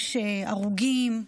יש הרוגים,